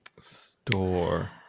Store